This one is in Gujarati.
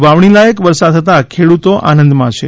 વાવણીલાયક વરસાદ થતાં ખેડૂતો આનંદમાં છે